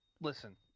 Listen